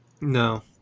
No